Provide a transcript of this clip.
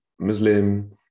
Muslim